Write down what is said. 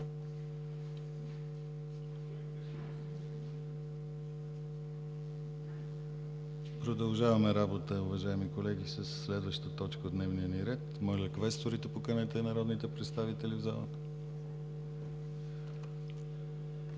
Продължаваме работа, уважаеми колеги, със следваща точка от дневния ни ред. Моля, квесторите, поканете народните представители в залата.